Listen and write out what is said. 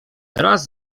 raz